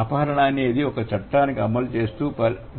అపహరణ అనేది ఒక చట్టాన్ని అమలు చేస్తూ